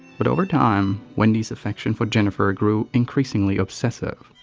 but over time, wendy's affection for jennifer grew increasingly obsessive.